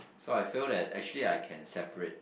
so I feel that actually I can separate